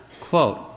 Quote